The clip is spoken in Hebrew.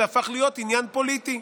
זה הפך להיות עניין פוליטי.